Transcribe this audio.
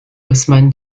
osman